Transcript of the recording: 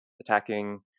attacking